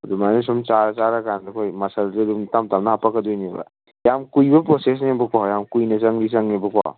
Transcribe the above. ꯑꯗꯨꯃꯥꯏꯅ ꯁꯨꯝ ꯆꯥꯔ ꯆꯥꯔ ꯀꯥꯟꯗ ꯑꯩꯈꯣꯏ ꯃꯁꯜꯁꯦ ꯑꯗꯨꯝ ꯇꯞꯅ ꯇꯞꯅ ꯍꯥꯞꯄꯛꯀꯗꯣꯏꯅꯦꯕ ꯌꯥꯝ ꯀꯨꯏꯕ ꯄ꯭ꯔꯣꯁꯦꯁꯅꯦꯕꯀꯣ ꯌꯥꯝ ꯀꯨꯏꯅ ꯆꯪꯗꯤ ꯆꯪꯉꯦꯕꯀꯣ